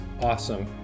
awesome